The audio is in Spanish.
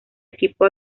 equipo